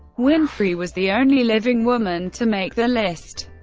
winfrey was the only living woman to make the list.